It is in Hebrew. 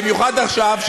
במיוחד עכשיו,